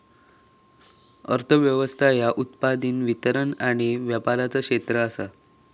अर्थ व्यवस्था ह्या उत्पादन, वितरण आणि व्यापाराचा क्षेत्र आसा